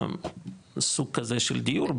לסוג כזה של דיור,